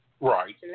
Right